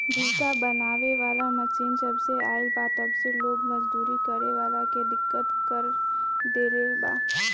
भूसा बनावे वाला मशीन जबसे आईल बा तब से लोग मजदूरी करे वाला के दिक्कत कर देले बा